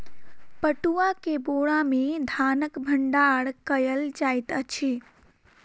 पटुआ के बोरा में धानक भण्डार कयल जाइत अछि